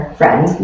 friend